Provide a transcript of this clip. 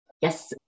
Yes